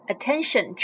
Attention